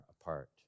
apart